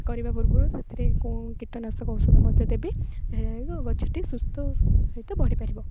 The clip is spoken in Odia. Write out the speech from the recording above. କରିବା ପୂର୍ବରୁ ସେଥିରେ କ କୀଟନାଶକ ଔଷଧ ମଧ୍ୟ ଦେବି ହେ ହୋଇକି ଗଛଟି ସୁସ୍ଥ ଓ ସହିତ ବଢ଼ିପାରିବ